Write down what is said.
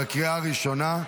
בקריאה ראשונה.